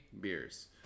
beers